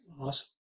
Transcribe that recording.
Awesome